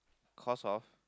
cause of